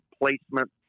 placement